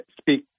speak